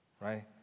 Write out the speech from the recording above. right